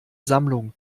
sammlung